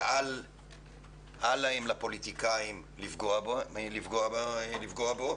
שאל להם לפוליטיקאים לפגוע בו.